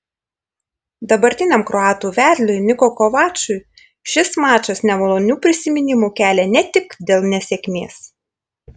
dabartiniam kroatų vedliui niko kovačui šis mačas nemalonių prisiminimų kelia ne tik dėl nesėkmės